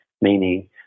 meaning